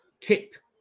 kicked